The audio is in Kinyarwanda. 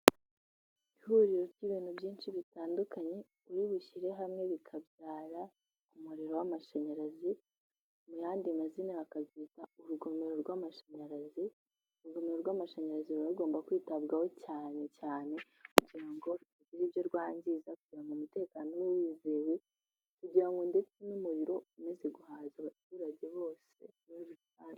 Ihuriro ry'ibintu byinshi bitandukanye, uri bushyire hamwe bikabyara umuriro w'amashanyarazi. Mu yandi mazina ha bakazita urugomero rw'amashanyarazi. Urugomero rw'amashanyarazira rugomba kwitabwaho cyane cyane kugira ngo rutagira ibyo rwangiza, kugira umutekano wizewe, kugira ndetse n'umuriro umaze guhaza abaturage bose muri rusange.